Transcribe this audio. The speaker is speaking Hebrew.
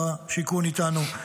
ושר השיכון איתנו,